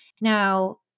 Now